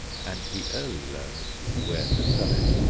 and he early learns where to sell it.